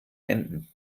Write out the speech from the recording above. enten